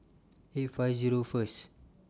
eight five Zero First